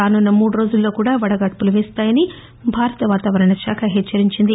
రానున్న మూడు రోజుల్లో వడగాడ్పులు వీస్తాయని భారత వాతావరణ శాఖ హెచ్చరించింది